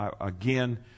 again